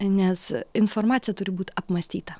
nes informacija turi būt apmąstyta